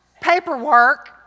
paperwork